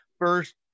first